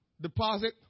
deposit